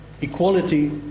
equality